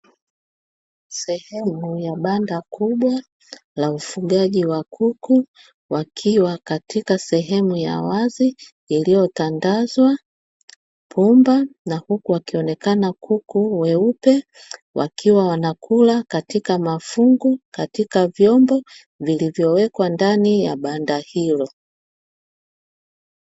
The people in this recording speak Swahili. Sehemu la banda kubwa la ufugaji wa kuku, wakiwa katika sehemu ya wazi iliyotandazwa pumba na huku wakionekana kuku weupe wakiwa wanakula katika mafungu, katika vyombo vilivyowekwa ndani ya banda hilo.